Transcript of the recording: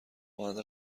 مانند